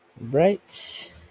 Right